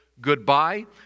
goodbye